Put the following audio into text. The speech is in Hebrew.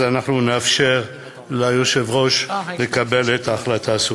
אנחנו נאפשר ליושב-ראש לקבל את ההחלטה הסופית.